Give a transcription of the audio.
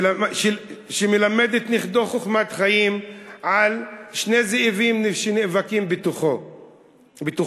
שמלמד את נכדו חוכמת חיים על שני זאבים שנאבקים בתוכנו: